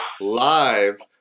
live